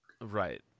Right